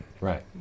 right